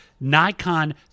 nikon